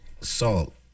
salt